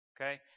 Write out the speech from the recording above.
Okay